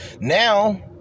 Now